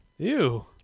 Ew